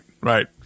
right